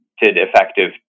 effective